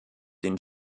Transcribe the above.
den